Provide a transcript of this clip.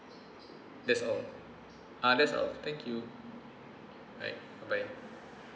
that's all ah that's all thank you alright bye bye